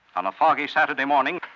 on a foggy saturday morning,